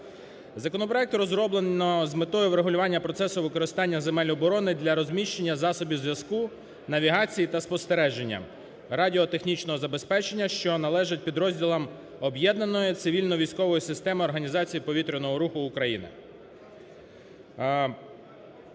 Законопроект розроблено з метою врегулювання процесу використання земель оборони для розміщення засобів зв'язку, навігації та спостереження, радіотехнічного забезпечення, що належить підрозділам об'єднаної цивільної військової системи організації повітряного руху України.